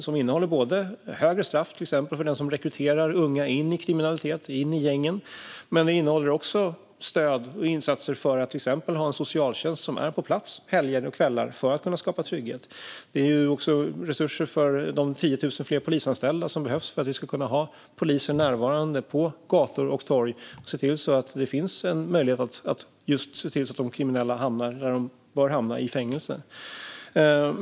Det innebär högre straff, till exempel för den som rekryterar unga in i kriminalitet och till gängen. Det innebär också stöd och insatser för att till exempel ha en socialtjänst på plats under kvällar och helger, för att kunna skapa trygghet. Där finns också resurser för de 10 000 fler polisanställda som behövs för att kunna ha poliser närvarande på gator och torg för att se till att de kriminella hamnar där de bör hamna: i fängelse.